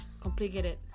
complicated